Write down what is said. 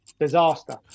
Disaster